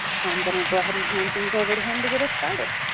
so i'm going to go ahead and hand things over to him to get us started.